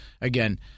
Again